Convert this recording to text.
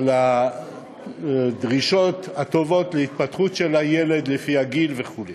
לא על הדרישות הטובות להתפתחות הילד לפי הגיל וכו'.